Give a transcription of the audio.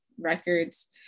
records